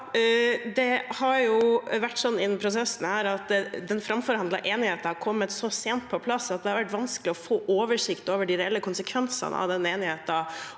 I denne prosessen har den framforhandlede enigheten kommet så sent på plass at det har vært vanskelig å få oversikt over de reelle konsekvensene av den enigheten